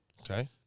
Okay